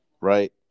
right